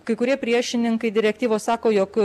kai kurie priešininkai direktyvos sako jog